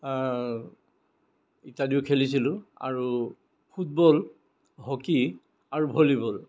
ইত্যাদিও খেলিছিলোঁ আৰু ফুটবল হকী আৰু ভলীবল